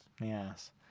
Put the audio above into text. Yes